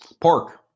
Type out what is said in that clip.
Pork